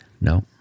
No